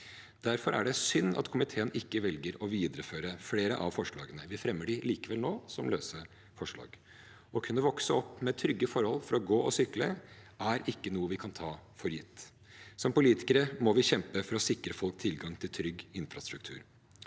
Derfor er det synd at komiteen ikke velger å videreføre flere av forslagene. Vi fremmer dem likevel nå, som løse forslag. Å kunne vokse opp med trygge forhold for å gå og sykle er ikke noe vi kan ta for gitt. Som politikere må vi kjempe for å sikre folk tilgang til trygg infrastruktur.